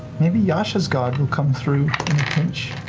maybe yasha's god will come through pinch.